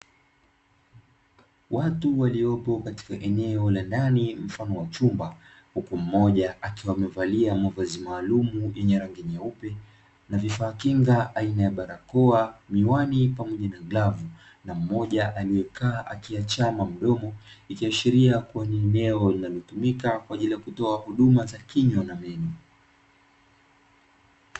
Watu waliopo katika eneo la ndani mfano wa chumba, huku mmoja akiwa amevalia mavazi maalumu yenye rangi nyeupe na vifaa kinga aina ya barakoa, miwani pamoja na glavu na mmoja aliyekaa akiachama mdomo, ikiashiria kuwa ni eneo linalotumika kutoa huduma za kinywa na meno.